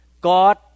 God